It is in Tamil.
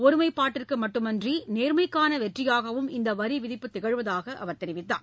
ஒருமைப்பாட்டிற்கு மட்டுமின்றி நேர்மைக்கான வெற்றியாகவும் இந்த வரிவிதிப்பு திகழ்வதாக அவர் தெரிவித்தார்